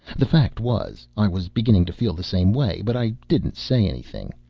the fact was, i was beginning to feel the same way but i didn't say anything.